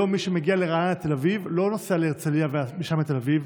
היום מי שמגיע לרעננה תל אביב לא נוסע להרצליה ומשם לתל אביב,